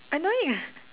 annoying ah